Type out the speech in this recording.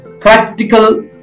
practical